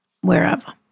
Wherever